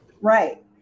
Right